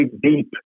deep